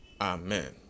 Amen